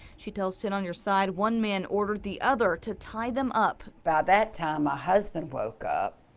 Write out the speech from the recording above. she tells ten on your side one man ordered the other to tie them up. by that time my husband woke up